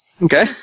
Okay